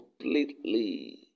completely